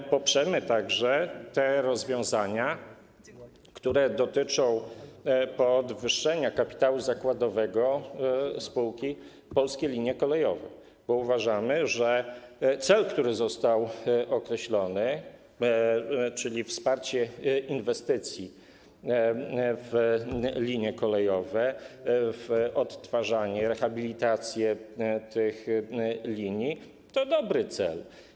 My poprzemy także te rozwiązania, które dotyczą podwyższenia kapitału zakładowego spółki Polskie Linie Kolejowe, bo uważamy, że cel, który został określony, czyli wsparcie inwestycji w linie kolejowe, w odtwarzanie, rehabilitację tych linii, to dobry cel.